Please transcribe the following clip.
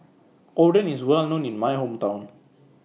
Oden IS Well known in My Hometown